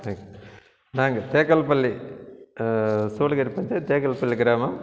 ஏ நாங்கள் தேக்கல்பள்ளி சூளிகேடு பக்கத்தில் தேக்கல்பள்ளி கிராமம்